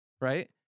Right